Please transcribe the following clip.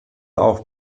auch